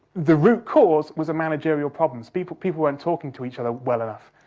the root cause was a managerial problem. people people weren't talking to each other well enough.